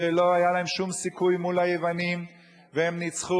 שלא היה להם שום סיכוי מול היוונים והם ניצחו,